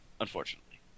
unfortunately